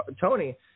Tony –